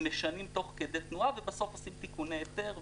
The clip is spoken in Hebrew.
ומשנים תוך כדי תנועה ובסוף עושים תיקוני היתר,